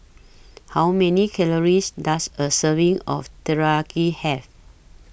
How Many Calories Does A Serving of Teriyaki Have